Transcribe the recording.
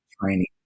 training